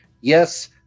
Yes